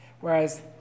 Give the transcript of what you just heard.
whereas